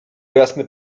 jasny